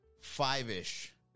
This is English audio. five-ish